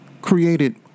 created